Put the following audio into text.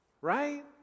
right